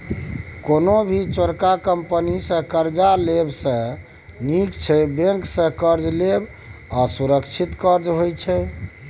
कोनो भी चोरका कंपनी सँ कर्जा लेब सँ नीक छै बैंक सँ कर्ज लेब, ओ सुरक्षित कर्ज होइत छै